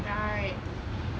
right